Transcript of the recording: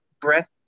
breath